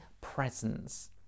presence